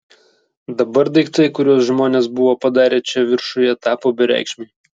dabar daiktai kuriuos žmonės buvo padarę čia viršuje tapo bereikšmiai